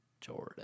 jordan